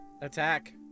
attack